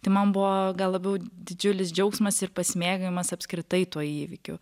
tai man buvo gal labiau didžiulis džiaugsmas ir pasimėgavimas apskritai tuo įvykiu